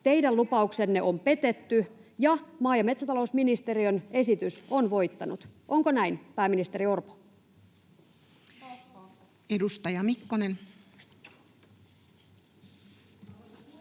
teidän lupauksenne on petetty ja maa- ja metsätalousministeriön esitys on voittanut? Onko näin, pääministeri Orpo? [Speech